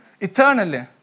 eternally